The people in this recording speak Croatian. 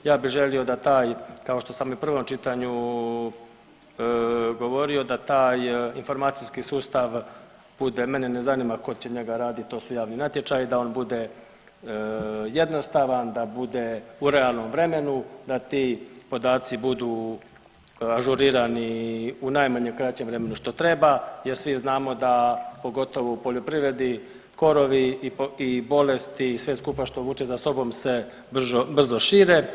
Ja bi želio da taj, kao što sam i u prvom čitanju govorio, da taj informacijski sustav bude, mene ne zanima tko će njega raditi, to su javni natječaji, da on bude jednostavan, da bude u realnom vremenu, da ti podaci budu ažuriranu u najmanjem kraćem vremenu što treba jer svi znamo da, pogotovo u poljoprivredi, korovi i bolesti i sve skupa što vuče za sobom se brzo šire.